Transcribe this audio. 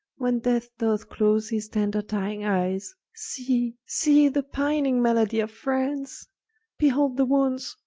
when death doth close his tender-dying eyes. see, see the pining maladie of france behold the wounds,